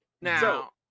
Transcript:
now